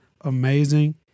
amazing